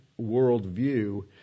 worldview